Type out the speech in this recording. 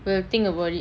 we will think about it